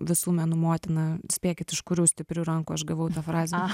visų menų motina spėkit iš kurių stiprių rankų aš gavau tą frazę